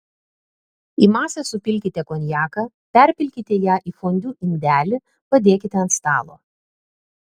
į masę supilkite konjaką perpilkite ją į fondiu indelį padėkite ant stalo